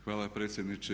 Hvala predsjedniče.